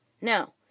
Now